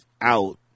out